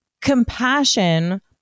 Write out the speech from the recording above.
Compassion